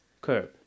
Curve